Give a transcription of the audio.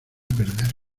perder